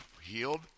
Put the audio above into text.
healed